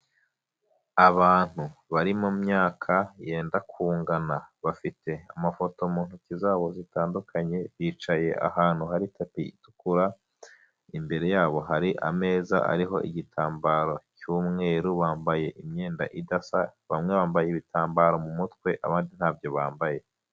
Abantu bari mu myaka yenda kungana, bafite amafoto mu ntoki zabo zitandukanye, bicaye ahantu hari tapi itukura, imbere yabo hari ameza ariho igitambaro cy'umweru, bambaye imyenda idasa, bamwe bambaye ibitambaro mu mutwe abandi ntabyo bambaye.